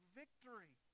victory